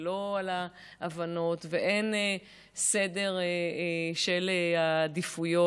ולא על ההבנות, ואין סדר עדיפויות.